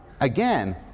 again